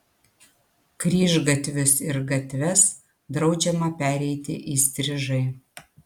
kryžgatvius ir gatves draudžiama pereiti įstrižai